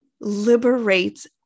liberates